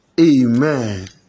Amen